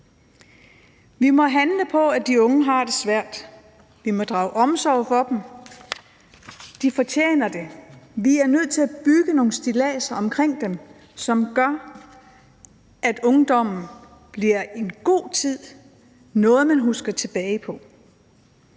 Vi må handle på, at de unge har det svært, vi må drage omsorg for dem, for de fortjener det. Vi er nødt til at bygge nogle stilladser omkring dem, som gør, at ungdommen bliver en god tid – noget, man husker tilbage på.